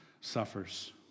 suffers